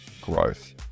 growth